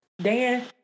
Dan